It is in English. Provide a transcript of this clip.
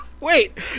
Wait